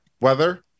weather